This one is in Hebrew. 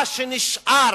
את מה שנשאר,